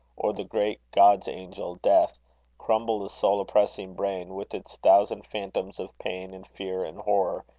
or the great god's-angel death crumble the soul-oppressing brain, with its thousand phantoms of pain and fear and horror,